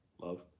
Love